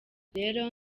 rero